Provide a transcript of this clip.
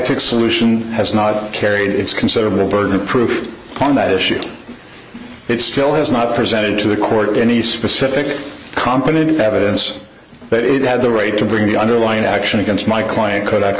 took solution has not carried its considerable burden of proof on that issue it still has not presented to the court any specific competent evidence that it had the right to bring the underlying action against my client co